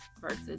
versus